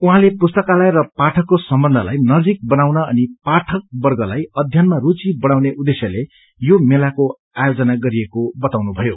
उहाँले पुस्तकालय र पाठकको सम्बन्धलाई नजिक बनाउन अनि पाठकवप्रलाई अध्ययनमा रूचि बढ़ाउने उद्देश्यले यो मेलको आयोजन गरिएको अताउनुभयो